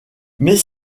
mais